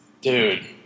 Dude